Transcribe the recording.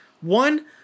One